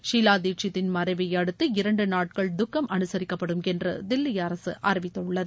ஷீலா தீட்சித்தின் மறைவையடுத்து இரண்டு நாட்கள் துக்கம் அனுசரிக்கப்படும் என்று தில்லி அரசு அறிவித்துள்ளது